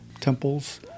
temples